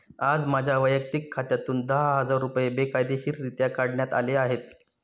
आज माझ्या वैयक्तिक खात्यातून दहा हजार रुपये बेकायदेशीररित्या काढण्यात आले आहेत